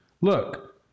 Look